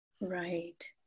Right